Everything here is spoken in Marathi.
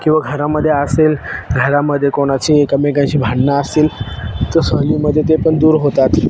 किंवा घरामध्ये असेल घरामध्ये कोणाची एमेकांशी भांडणं असेल तर सहलीमध्ये ते पण दूर होतात